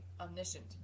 omniscient